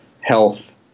health